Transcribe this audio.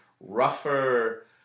rougher